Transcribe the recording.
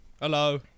Hello